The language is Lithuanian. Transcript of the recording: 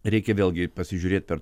reikia vėlgi pasižiūrėt per